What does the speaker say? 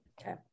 okay